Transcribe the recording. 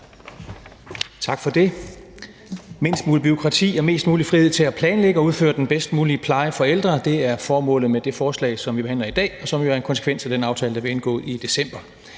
Tak for det. Mindst muligt bureaukrati og mest mulig frihed til at planlægge og udføre den bedst mulige pleje for ældre er formålet med det forslag, som vi behandler i dag, og som jo er en konsekvens af den aftale, der blev indgået i december.